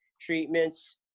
treatments